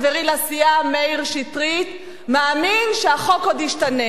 לסיעה מאיר שטרית מאמין שהחוק עוד ישתנה,